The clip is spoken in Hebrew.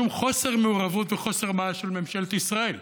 משום חוסר מעורבות וחוסר מעש של ממשלת ישראל.